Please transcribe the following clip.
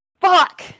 Fuck